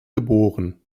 geboren